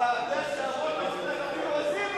אבל העובדה היא שאבות אבותיך אפילו עזים לא רעו שם.